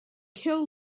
kill